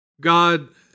God